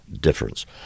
difference